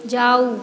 जाउ